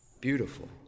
Beautiful